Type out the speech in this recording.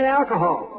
alcohol